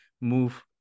move